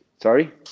Sorry